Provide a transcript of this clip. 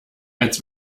als